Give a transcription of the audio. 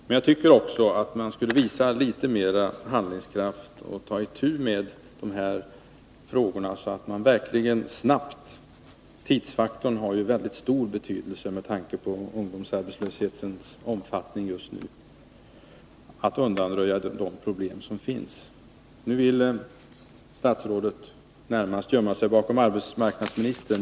Men jag tycker också att man skulle visa litet mera handlingskraft och ta itu med dessa frågor, så att man verkligen snabbt — tidsfaktorn har ju väldigt stor betydelse med tanke på ungdomsarbetslöshetens omfattning just nu— kunde undanröja de problem som finns. Nu vill statsrådet närmast gömma sig bakom arbetsmarknadsministern.